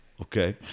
Okay